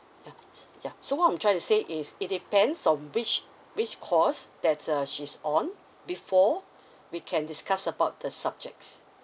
ya s~ ya so what I'm trying to say is it depends on which which course that's uh she's on before we can discuss about the subjects